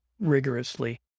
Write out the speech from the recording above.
rigorously